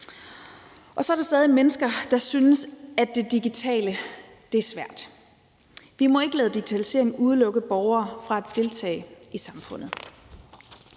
Og så er der stadig mennesker, der synes, at det digitale er svært. Vi må ikke lade digitaliseringen udelukke borgere fra at deltage i samfundet.